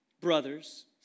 brothers